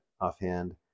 offhand